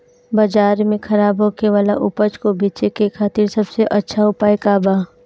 बाजार में खराब होखे वाला उपज को बेचे के खातिर सबसे अच्छा उपाय का बा?